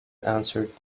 answered